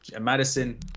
Madison